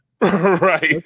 Right